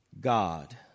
God